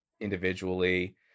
individually